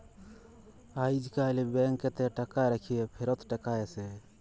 আইজকাল ব্যাংকেতে টাকা রাইখ্যে ফিরত টাকা আসে